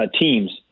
teams